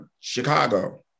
Chicago